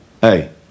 Hey